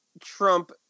Trump